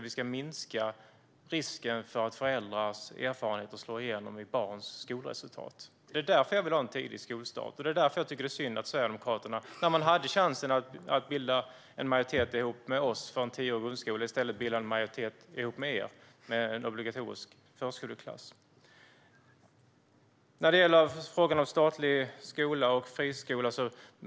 Vi ska minska risken för att föräldrars erfarenheter slår igenom i barns skolresultat. Det är därför jag vill ha en tidig skolstart, och det är därför jag tycker att det är synd att Sverigedemokraterna gör så här. De hade chansen att bilda majoritet för en tioårig grundskola ihop med oss, i stället för att bilda en majoritet om en obligatorisk förskoleklass ihop med er. Statlig skola och friskolor togs upp.